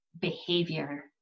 behavior